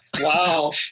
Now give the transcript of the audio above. wow